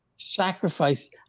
sacrifice